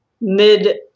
mid